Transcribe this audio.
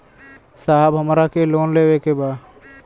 साहब हमरा के लोन लेवे के बा